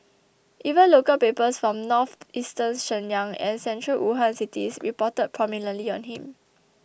even local papers from northeastern Shenyang and central Wuhan cities reported prominently on him